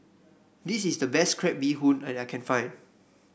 this is the best Crab Bee Hoon that I can find